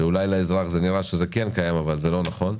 שאולי לאזרח זה נראה שזה כן קיים, אבל זה לא נכון,